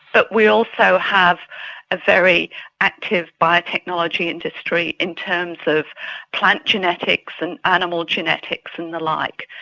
but we also have a very active biotechnology industry in terms of plant genetics and animal genetics and the like.